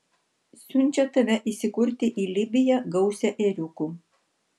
siunčia tave įsikurti į libiją gausią ėriukų